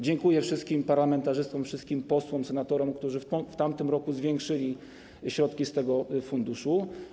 Dziękuję wszystkim parlamentarzystom i wszystkim posłom, senatorom, którzy w tamtym roku zwiększyli środki z tego funduszu.